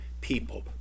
people